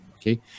okay